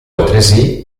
altresì